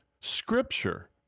scripture